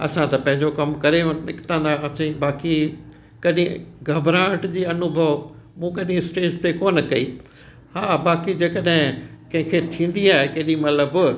असां त पंहिंजो कमु करे निकिरंदां हुआसीं बाक़ी कॾहिं घबराहट जी अनुभव मूं कॾहिं स्टेज ते कोन कई हा बाक़ी जेकॾहिं कंहिंखें थींदी आहे केॾीमहिल ब